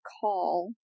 call